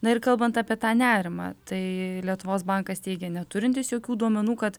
na ir kalbant apie tą nerimą tai lietuvos bankas teigia neturintis jokių duomenų kad